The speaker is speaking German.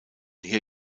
hier